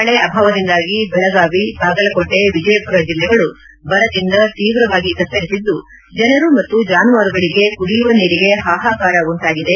ಮಳೆ ಅಭಾವದಿಂದಾಗಿ ಬೆಳಗಾವಿ ಬಾಗಲಕೋಟೆ ವಿಜಯಪುರ ಜಿಲ್ಲೆಗಳು ಬರದಿಂದ ತೀವ್ರವಾಗಿ ತತ್ತರಿಸಿದ್ದು ಜನರು ಮತ್ತು ಜಾನುವಾರುಗಳಿಗೆ ಕುಡಿಯುವ ನೀರಿಗೆ ಹಾಹಾಕಾರ ಉಂಟಾಗಿದೆ